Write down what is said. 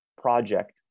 project